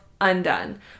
undone